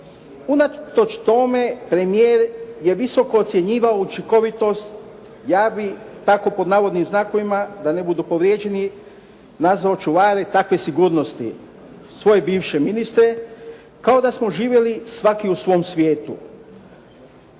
unatoč tome premijer je visoko ocjenjivao učinkovitost, ja bih tako pod navodnim znakovima da ne budu povrijeđeni nazvao čuvare takve sigurnosti svoje bivše ministre, kao da smo živjeli svaki u svom svijetu.